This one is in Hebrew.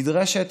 נדרשת